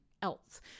else